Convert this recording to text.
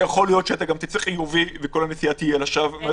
ויכול להיות שתצא חיובי וכל הנסיעה תהיה לשווא.